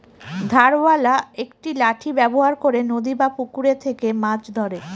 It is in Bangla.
ধারওয়ালা একটি লাঠি ব্যবহার করে নদী বা পুকুরে থেকে মাছ ধরে